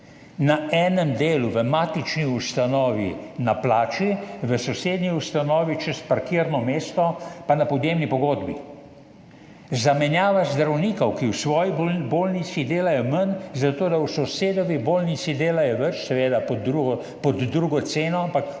na enem delu v matični ustanovi na plači, v sosednji ustanovi čez parkirno mesto pa na podjemni pogodbi. Zamenjava zdravnikov, ki v svoji bolnici delajo manj, zato da v sosedovi bolnici delajo več, seveda pod drugo ceno,